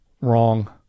Wrong